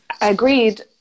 Agreed